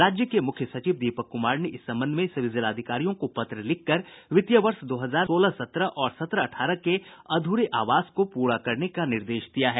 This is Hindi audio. राज्य के मुख्य सचिव दीपक कुमार ने इस संबंध में सभी जिलाधिकारियों को पत्र लिखकर वित्तीय वर्ष दो हजार सोलह सत्रह और सत्रह अठारह के अध्रे आवास को पूरा करने का निर्देश दिया है